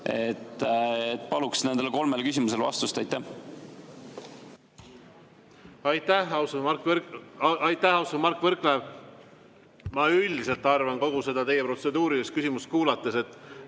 Paluks nendele kolmele küsimusele vastust. Aitäh, austatud Mart Võrklaev! Ma üldiselt arvan kogu seda teie protseduurilist küsimust kuulates,